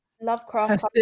Lovecraft